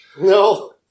no